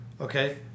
Okay